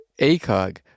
ACOG